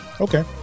okay